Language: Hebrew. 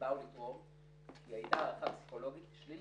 שבאו לתרום כי הייתה הערכה פסיכולוגית שלילית.